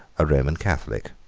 a roman catholic.